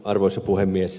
arvoisa puhemies